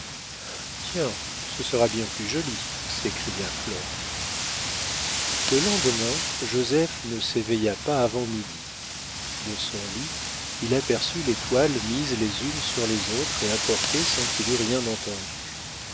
tiens ce sera bien plus joli s'écria flore le lendemain joseph ne s'éveilla pas avant midi de son lit il aperçut les toiles mises les unes sur les autres et apportées sans qu'il eût rien entendu